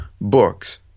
books